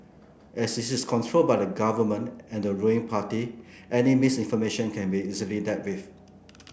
as it is controlled by the Government and the ruling party any misinformation can be easily dealt with